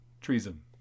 Treason